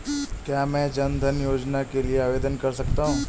क्या मैं जन धन योजना के लिए आवेदन कर सकता हूँ?